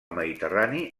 mediterrani